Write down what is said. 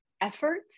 effort